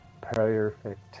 Perfect